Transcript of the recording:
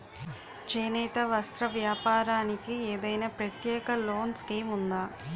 చేనేత వస్త్ర వ్యాపారానికి ఏదైనా ప్రత్యేక లోన్ స్కీం ఉందా?